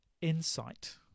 Insight